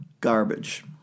garbage